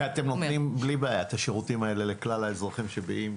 ואתם נותנים בלי בעיה את השירותים האלה לכלל האזרחים שבאים?